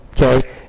Okay